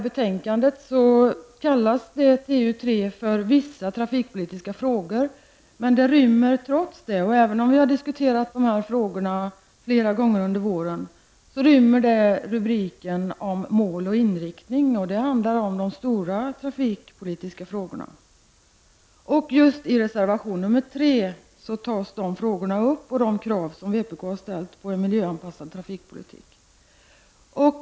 Betänkandet kallas TU3 Vissa trafikpolitiska frågor. Trots att vi diskuterat frågorna flera gånger under våren rymmer betänkandet rubriken ''Trafikpolitikens mål och inriktning''. Där talar man om de stora trafikpolitiska frågorna. I reservation 3 tas dessa frågor upp samt de krav som vänsterpartiet har ställt på en miljöanpassad trafikpolitik.